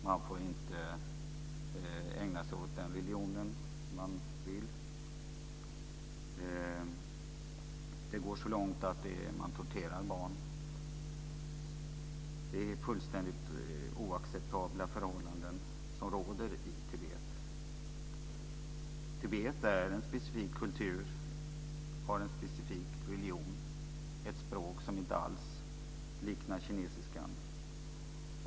Man får inte ägna sig åt den religion man vill. Det går så långt att barn torteras. Det råder fullständigt oacceptabla förhållanden i Tibet. Tibet har en specifik kultur, har en specifik religion och har ett språk som inte alls liknar kinesiskan.